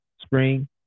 spring